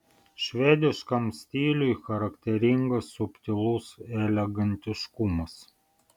švediškam stiliui charakteringas subtilus elegantiškumas